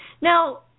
Now